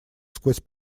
сквозь